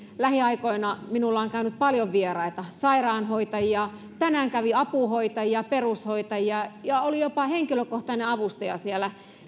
lähiaikoina minulla on käynyt paljon vieraita sairaanhoitajia tänään kävi apuhoitajia perushoitajia ja oli jopa henkilökohtainen avustaja siellä